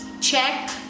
check